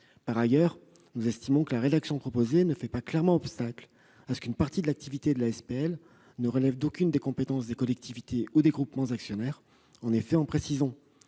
Par ailleurs, selon nous, la rédaction proposée ne fait pas clairement obstacle à ce qu'une partie de l'activité de la SPL ne relève d'aucune des compétences des collectivités territoriales ou des groupements actionnaires. En effet, la formulation